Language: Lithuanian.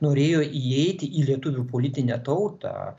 norėjo įeiti į lietuvių politinę tautą